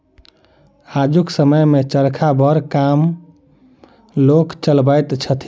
आजुक समय मे चरखा बड़ कम लोक चलबैत छथि